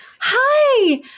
hi